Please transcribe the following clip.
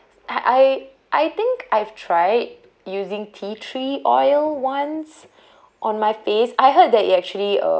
I I I think I've tried using tea tree oil once on my face I heard that it actually uh